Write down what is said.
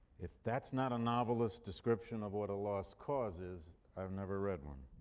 if that's not a novelist's description of what a lost cause is i've never read one.